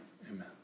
amen